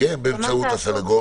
כן, באמצעות הסנגור.